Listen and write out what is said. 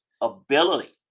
ability